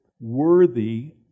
worthy